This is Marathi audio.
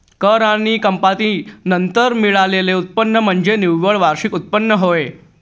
कर आणि कपाती नंतर मिळालेले उत्पन्न म्हणजे निव्वळ वार्षिक उत्पन्न होय